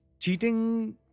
Cheating